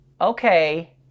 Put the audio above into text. okay